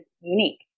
unique